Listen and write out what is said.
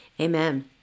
Amen